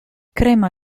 crema